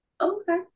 okay